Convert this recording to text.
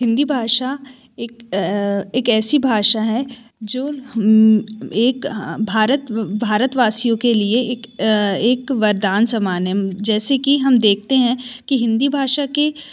हिंदी भाषा एक ऐसी भाषा है जो हम एक भारत भारतवासियों के लिए एक एक वरदान सामान है जैसे की हम देखते हैं कि हिंदी भाषा के